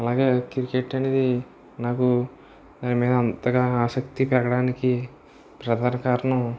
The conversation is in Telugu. అలాగే క్రికెట్ అనేది నాకు నా మీద అంతగా ఆసక్తి పెరగడానికి ప్రధాన కారణం